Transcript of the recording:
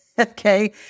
Okay